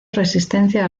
resistencia